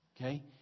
okay